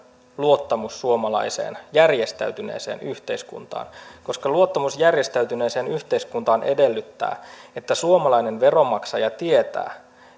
luottamus suomalaiseen järjestäytyneeseen yhteiskuntaan koska luottamus järjestäytyneeseen yhteiskuntaan edellyttää että suomalainen veronmaksaja tietää